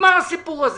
נגמר הסיפור הזה.